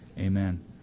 amen